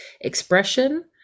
Expression